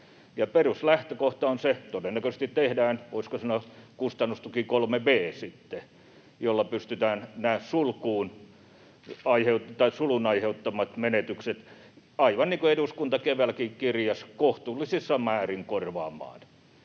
Peruslähtökohta on se, että todennäköisesti tehdään, voisiko sanoa, kustannustuki 3 b, jolla pystytään sulun aiheuttamat menetykset — aivan niin kuin eduskunta keväälläkin kirjasi — kohtuullisissa määrin korvaamaan.